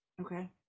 Okay